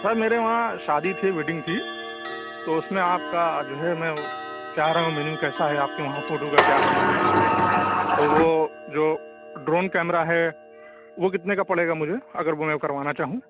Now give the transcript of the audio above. سر میرے وہاں شادی تھی ویڈنگ تھی تو اُس میں آپ کا جو ہے میں چاہ رہا ہوں مینو کیسا ہے آپ کے وہاں فوٹو کا کیا ہے معاملہ تو وہ جو ڈرون کیمرہ ہے وہ کتنے کا پڑے گا مجھے اگر وہ میں کروانا چاہوں